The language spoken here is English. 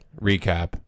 recap